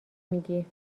میگی